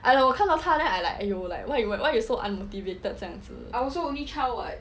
I don't know 我看到他 I like !aiyo! like what you why you so unmotivated 这样子